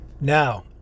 Now